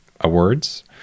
awards